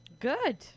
Good